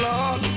Lord